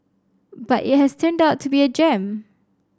but it has turned out to be a gem